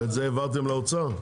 ואת זה העברתם לאוצר?